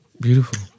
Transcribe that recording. Beautiful